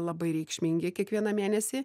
labai reikšmingi kiekvieną mėnesį